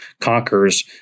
conquers